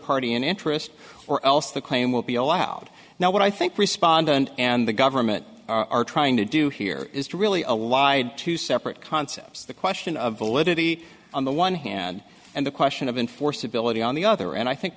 party in interest or else the claim will be allowed now what i think respondent and the government are trying to do here is to really allied to separate concepts the question of validity on the one hand and the question of enforceability on the other and i think